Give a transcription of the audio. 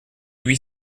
huit